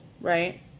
right